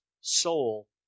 soul